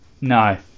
No